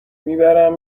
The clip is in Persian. میبرم